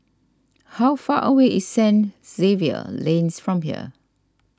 how far away is Saint Xavier Lanes from here